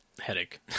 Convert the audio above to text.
Headache